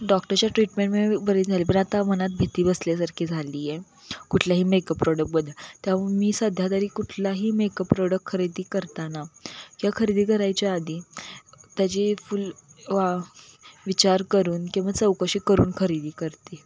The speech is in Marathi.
डॉक्टरच्या ट्रीटमेंटमुळे मी बरी झाली पण आता मनात भीती बसल्यासारखी झाली आहे कुठल्याही मेकअप प्रॉडक्टबद्दल त्यामुळे मी सध्या तरी कुठलाही मेकअप प्रोडक्ट खरेदी करताना किंवा खरेदी करायच्या आधी त्याची फुल वा विचार करून किंवा चौकशी करून खरेदी करते